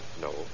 No